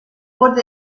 wurde